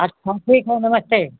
अच्छा ठीक है नमस्ते